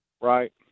Right